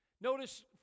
Notice